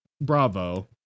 bravo